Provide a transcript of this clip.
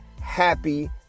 happy